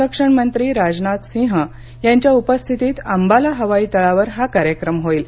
संरक्षण मंत्री राजनाथ सिंह यांच्या उपस्थितीत अंबाला हवाई तळावर हा कार्यक्रम होईल